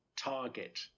target